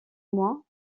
mois